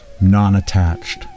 non-attached